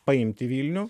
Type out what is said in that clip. paimti vilnių